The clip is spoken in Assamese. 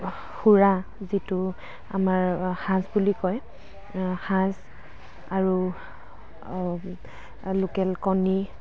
সুৰা যিটো আমাৰ সাঁজ বুলি কয় সাঁজ আৰু লোকেল কণী